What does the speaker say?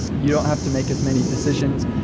you don't have to make as many decisions.